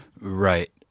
Right